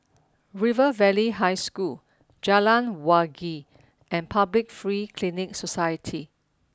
River Valley High School Jalan Wangi and Public Free Clinic Society